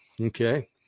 Okay